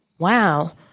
wow,